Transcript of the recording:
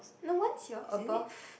no once your above